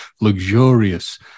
luxurious